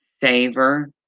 savor